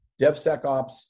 DevSecOps